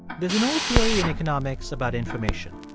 there's an old theory in economics about information.